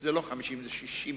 לא 50, אלא 60 מיליארד.